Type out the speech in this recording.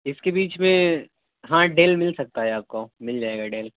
اس کے بیچ میں ہاں ڈیل مل سکتا ہے آپ کو مل جائے گا ڈیل